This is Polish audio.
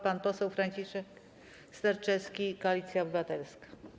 Pan poseł Franciszek Sterczewski, Koalicja Obywatelska.